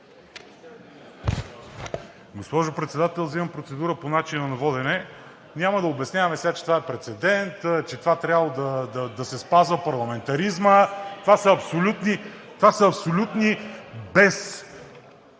Госпожо Председател, вземам процедура по начина на водене. Няма да обясняваме сега, че това е прецедент, че трябва да се спазва парламентаризмът – това са абсолютни,